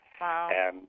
Wow